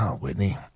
Whitney